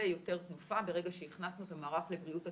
יותר תנופה ברגע שהחסנו את המערך לבריאות התלמיד.